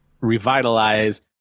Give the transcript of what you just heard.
revitalize